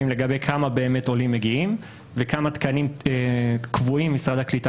לגבי כמה באמת עולים מגיעים וכמה תקנים קבועים משרד הקליטה